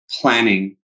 planning